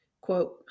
quote